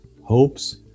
hopes